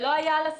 לא.